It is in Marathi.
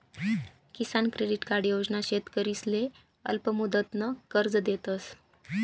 किसान क्रेडिट कार्ड योजना शेतकरीसले अल्पमुदतनं कर्ज देतस